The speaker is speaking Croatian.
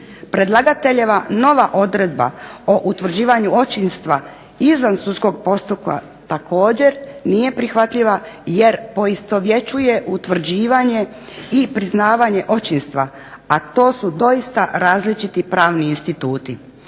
Predlagateljeva nova odredba o utvrđivanju očinstva izvan sudskog postupka također nije prihvatljiva jer poistovjećuje utvrđivanje i priznavanje očinstva a to su doista različiti pravni instituti.